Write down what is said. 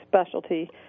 specialty